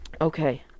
Okay